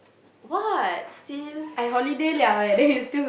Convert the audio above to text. what still